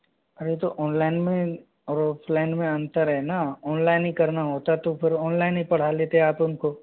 अरे तो ऑनलाइन में और ऑफ़लाइन में अंतर है ना ऑनलाइन ही करना होता तो फिर ऑनलाइन ही पढ़ा लेते आप उनको